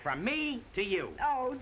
from me do you o